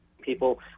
people